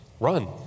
run